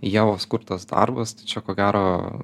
ievos kurtas darbas tai čia ko gero